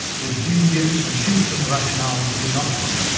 with dubious and shifting rationales being offered